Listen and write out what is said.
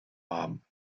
haben